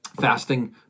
fasting